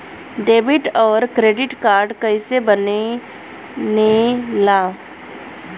Debit और credit card कईसे बने ने ला?